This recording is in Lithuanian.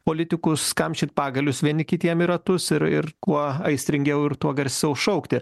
politikus kamšyt pagalius vieni kitiem į ratus ir ir kuo aistringiau ir tuo garsiau šaukti